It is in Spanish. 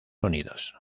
unidos